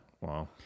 Wow